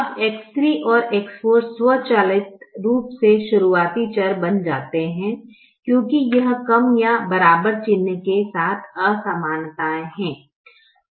अब X3 और X4 स्वचालित रूप से शुरुआती चर बन जाते हैं क्योंकि यह कम या बराबर चिन्ह के साथ असमानताएं हैं